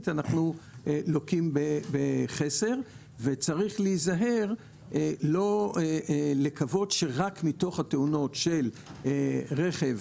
אנחנו לוקים בחסר וצריך להיזהר לא לקוות שרק התאונות של רכב